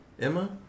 Emma